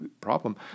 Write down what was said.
problem